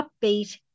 upbeat